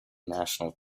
national